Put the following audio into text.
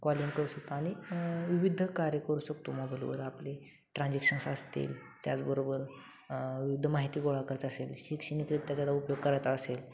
calling करू शकतो आणि विविध कार्य करू शकतो मोबाईलवर आपले ट्रान्झेक्शन्स असतील त्याचबरोबर विविध माहिती गोळा करत असेल शैक्षणिकरीत्या त्याचा उपयोग करायचा असेल